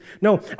No